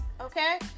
okay